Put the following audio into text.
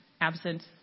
absent